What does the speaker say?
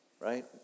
Right